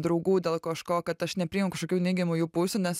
draugų dėl kažko kad aš nepriėmu kažkokių neigiamų jų pusių nes